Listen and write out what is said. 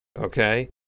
okay